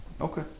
Okay